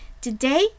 Today